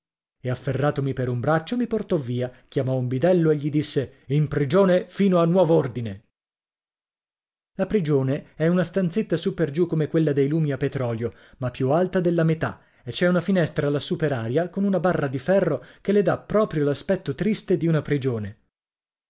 e afferratomi per un braccio mi portò via chiamò un bidello e gli disse in prigione fino a nuov'ordine la prigione è una stanzetta su per giù come quella dei lumi a petrolio ma più alta della metà e c'è una finestra lassù per aria con una barra di ferro che le dà proprio l'aspetto triste di una prigione